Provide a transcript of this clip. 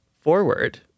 forward